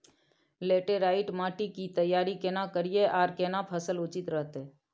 Laterite माटी की तैयारी केना करिए आर केना फसल उचित रहते?